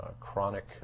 chronic